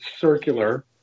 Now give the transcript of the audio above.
circular